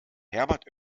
herbert